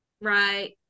Right